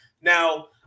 Now